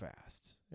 fast